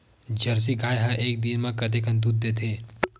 Jersey गाय ह एक दिन म कतेकन दूध देथे?